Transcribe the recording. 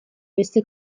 beste